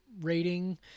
rating